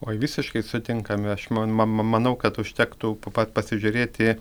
oi visiškai sutinkame aš ma ma manau kad užtektų pa pasižiūrėti